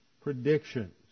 predictions